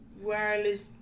wireless